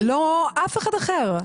לא אף אחד אחר.